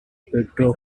puerto